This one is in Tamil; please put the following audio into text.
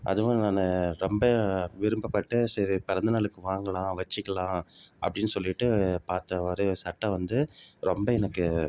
அதுவும் நான் ரொம்ப விருப்பப்பட்டு சரி பிறந்தநாளுக்கு வாங்கலாம் வச்சுக்கலாம் அப்படின்னு சொல்லிட்டு பார்த்த ஒரு சட்டை வந்து ரொம்ப எனக்கு